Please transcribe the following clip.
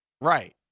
Right